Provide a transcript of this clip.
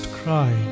cry